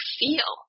feel